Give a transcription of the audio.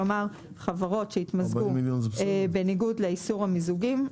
כלומר חברות שהתמזגו בניגוד לאיסור המיזוגים נכללות,